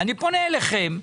אני פונה אליכם,